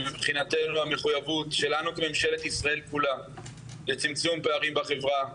מבחינתנו זו המחויבות שלנו כממשלת ישראל כולה לצמצום פערים בחברה,